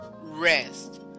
rest